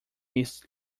east